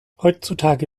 heutzutage